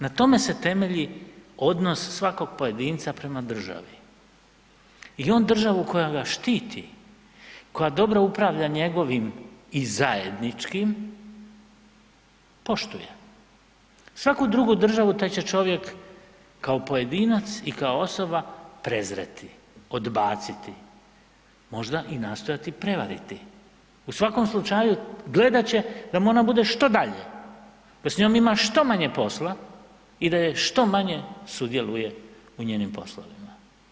Na tome se temelji odnos svakog pojedinca prema državi i on državu koja ga štiti, koja dobro upravlja njegovim i zajedničkim poštuje, svaku drugu državu taj će čovjek kao pojedinac i kao osoba prezreti, odbaciti, možda i nastojati i prevariti u svakom slučaju gledat će da mu ona bude što dalje, da s njom ima što manje posla i da što manje sudjeluje u njenim poslovima.